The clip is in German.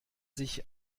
sich